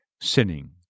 sinning